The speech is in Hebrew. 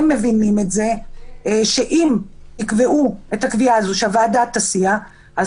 מבינים שאם יקבעו את הקביעה הזו שהוועדה תסיע אז